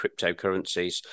Cryptocurrencies